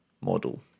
model